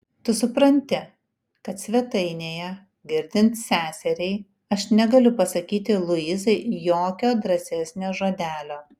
tu supranti kad svetainėje girdint seseriai aš negaliu pasakyti luizai jokio drąsesnio žodelio